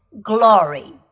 glory